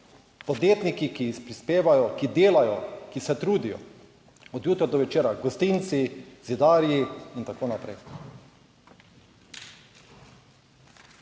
Podjetniki, ki prispevajo, ki delajo, ki se trudijo, od jutra do večera, gostinci, zidarji in tako naprej.